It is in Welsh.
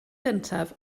gyntaf